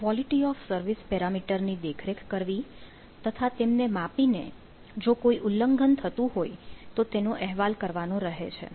quality of service parameter ની દેખરેખ કરવી તથા તેમને માપીને જો કોઈ ઉલ્લંઘન થતું હોય તો તેનો અહેવાલ કરવાનો રહે છે